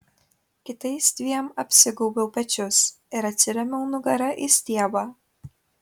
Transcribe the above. kitais dviem apsigaubiau pečius ir atsirėmiau nugara į stiebą